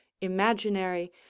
imaginary